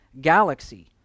galaxy